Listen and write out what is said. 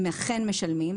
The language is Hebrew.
שהם אכן משלמים.